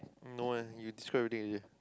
no eh you describe everything already eh